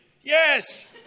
Yes